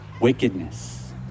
wickedness